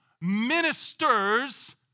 ministers